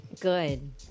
Good